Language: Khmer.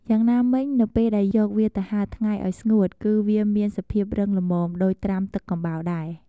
យ៉ាងណាមិញ នៅពេលដែលយកវាទៅហាលថ្ងៃឱ្យស្ងួតគឺវាមានសភាពរឹងល្មមដូចត្រាំទឹកកំបោរដែរ។